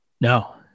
No